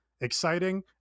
exciting